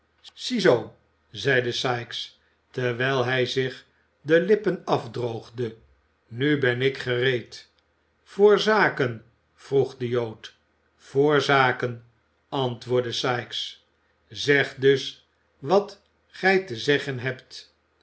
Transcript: ziezoo zeide sikes terwijl hij zich de lippen afdroogde nu ben ik gereed voor zaken vroeg de jood voor zaken antwoordde sikes zeg dus wat gij te zeggen hebt